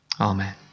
Amen